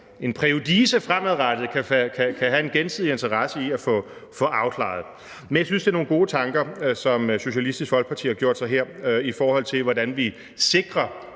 en præjudice fremadrettet – vi kan have en gensidig interesse i at få afklaret. Men jeg synes, det er nogle gode tanker, som Socialistisk Folkeparti har gjort sig her, i forhold til hvordan vi sikrer